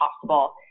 possible